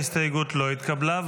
ההסתייגות לא התקבלה.